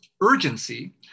urgency